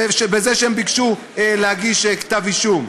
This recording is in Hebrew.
בזה שהם ביקשו להגיש כתב אישום.